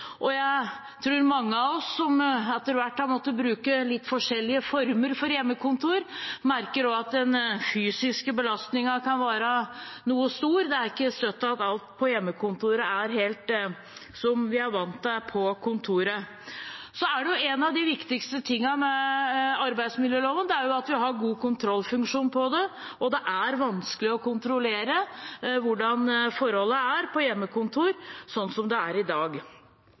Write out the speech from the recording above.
Og jeg tror mange av oss som etter hvert har måttet bruke litt forskjellige former for hjemmekontor, også merker at den fysiske belastningen kan være noe stor. Det er ikke støtt alt på hjemmekontoret er helt som vi er vant til på kontoret. En av de viktigste tingene med arbeidsmiljøloven er at vi har en god kontrollfunksjon for dette, men det er vanskelig å kontrollere hvordan forholdene er på hjemmekontor, sånn det er i dag.